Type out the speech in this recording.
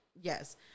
Yes